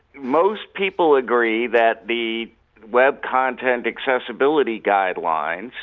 most people agree that the web content accessibility guidelines,